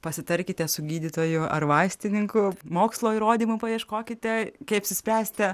pasitarkite su gydytoju ar vaistininku mokslo įrodymų paieškokite kai apsispręsite